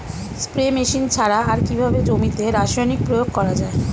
Spray machine ছাড়া আর কিভাবে জমিতে রাসায়নিক প্রয়োগ করা যায়?